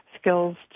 skills